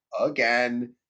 again